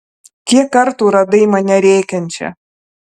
kiek kartų radai mane rėkiančią